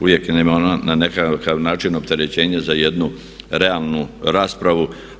Uvijek je naime na nekakav način opterećenje za jednu realnu raspravu.